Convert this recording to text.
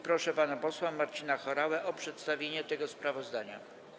Proszę pana posła Marcina Horałę o przedstawienie tego sprawozdania.